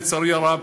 לצערי הרב,